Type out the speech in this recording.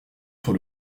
sur